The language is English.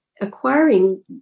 acquiring